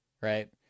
right